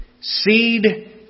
seed